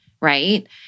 right